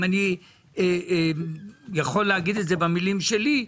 אם אני יכול להגיד את זה במילים שלי: